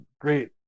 great